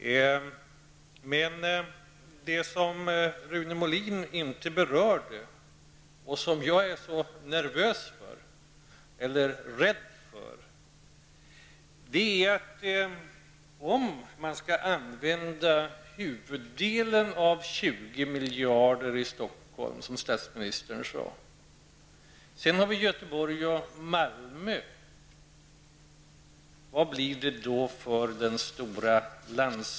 Men det som Rune Molin inte berörde och som jag är så rädd för är hur det skall bli för den stora landsorten, om man skall använda huvuddelen av de anslagna tjugo miljarderna i Stockholm, som statsministern sade. Dessutom har vi Göteborg och Malmö.